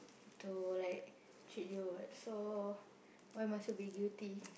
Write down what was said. to like treat you what so why must you be guilty